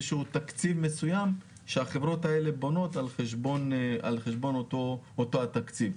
איזה שהוא תקציב מסוים שהחברות האלה בונות על חשבון אותו תקציב.